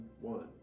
one